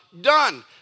done